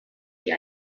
sie